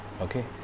Okay